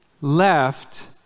left